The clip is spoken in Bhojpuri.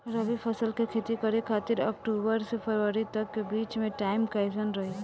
रबी फसल के खेती करे खातिर अक्तूबर से फरवरी तक के बीच मे टाइम कैसन रही?